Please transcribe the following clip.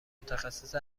متخصص